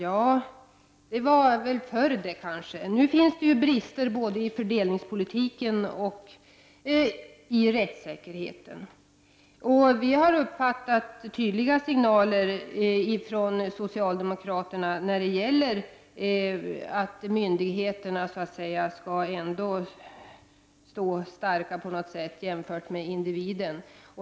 Så kanske det var förr. Nu finns det brister när det gäller både fördelningspolitiken och rättssäkerheten. Vi har uppfattat tydliga signaler från socialdemokra terna om att myndigheterna ändå så att säga skall stå starka jämfört med individen.